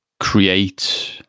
Create